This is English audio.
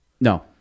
No